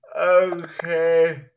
Okay